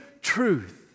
truth